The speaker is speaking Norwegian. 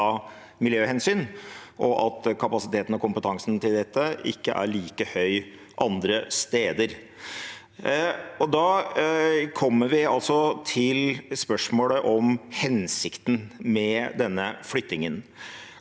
miljøhensyn, og at kapasiteten og kompetansen til dette ikke er like høy andre steder. Da kommer vi altså til spørsmålet om hensikten med denne flyttingen.